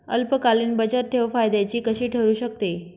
अल्पकालीन बचतठेव फायद्याची कशी ठरु शकते?